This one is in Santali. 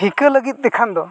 ᱴᱷᱤᱠᱟᱹ ᱞᱟᱜᱤᱫᱛᱮ ᱠᱷᱟᱱ ᱫᱚ